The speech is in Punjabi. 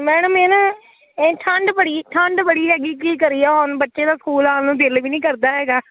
ਮੈਡਮ ਇਹ ਨਾ ਇਹ ਠੰਡ ਬੜੀ ਠੰਡ ਬੜੀ ਹੈਗੀ ਕੀ ਕਰੀਏ ਹੁਣ ਬੱਚੇ ਦਾ ਸਕੂਲ ਆਉਣ ਨੂੰ ਦਿਲ ਵੀ ਨਹੀਂ ਕਰਦਾ ਹੈਗਾ